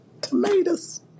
Tomatoes